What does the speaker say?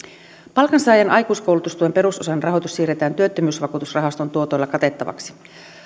palkansaajien aikuiskoulutustuen perusosan rahoitus siirretään työttömyysvakuutusrahaston tuotoilla katettavaksi